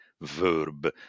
verb